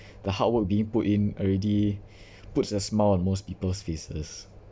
the hard work being put in already puts a smile on most people's faces